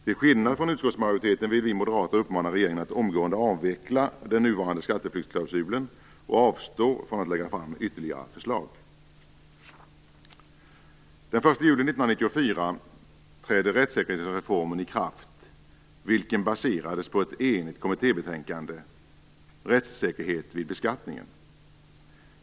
Till skillnad från utskottsmajoriteten vill vi moderater uppmana regeringen att omgående avveckla den nuvarande skatteflyktsklausulen och avstå från att lägga fram ytterligare förslag. Den 1 juli 1994 trädde rättssäkerhetsreformen i kraft, vilken baserades på ett enigt kommittébetänkande, Rättssäkerhet vid beskattningen.